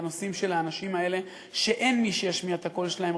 את הנושאים של האנשים האלה שאין מי שישמיע את הקול שלהם,